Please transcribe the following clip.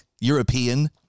European